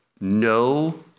No